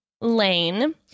Lane